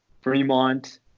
Fremont